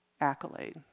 accolade